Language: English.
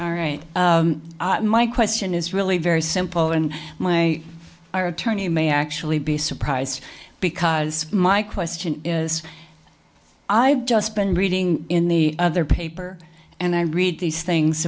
yeah my question is really very simple and my our attorney may actually be surprised because my question is i've just been reading in the other paper and i read these things